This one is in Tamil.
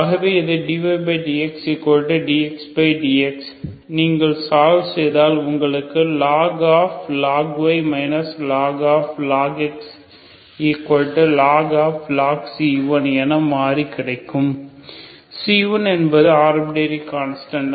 ஆகவே இதை dyydxx நீங்கள் சால்வ் செய்தால் உங்களுக்கு இது log y log x log c1 என மாறி கிடைக்கும் c1என்பது ஆர்பிர்டரி கான்ஸ்டான்ட்